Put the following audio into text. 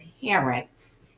parents